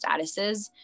statuses